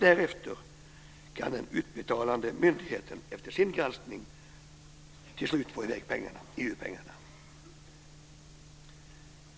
Därefter kan den utbetalande myndigheten efter sin granskning till slut få i väg EU pengarna.